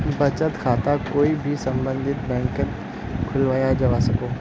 बचत खाताक कोई भी सम्बन्धित बैंकत खुलवाया जवा सक छे